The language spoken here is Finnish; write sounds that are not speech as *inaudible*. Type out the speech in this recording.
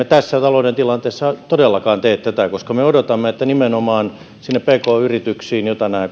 *unintelligible* tässä talouden tilanteessa emme todellakaan tee tätä koska me odotamme että nimenomaan sinne pk yrityksiin joita nämä *unintelligible*